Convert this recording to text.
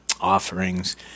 offerings